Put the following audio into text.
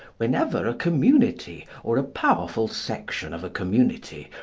whenever a community or a powerful section of a community,